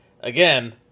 again